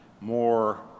more